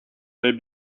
they